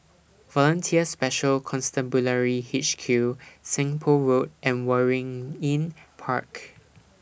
Volunteer Special Constabulary H Q Seng Poh Road and Waringin Park